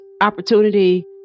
opportunity